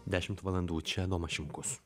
dešimt valandų čia nomas šimkus